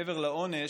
מעבר לעונש,